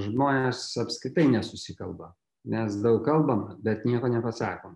žmonės apskritai nesusikalba mes daug kalbam bet nieko nepasakom